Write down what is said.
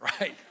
right